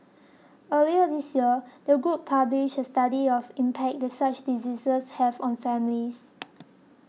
earlier this year the group published a study of impact that such diseases have on families